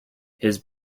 his